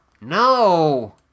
No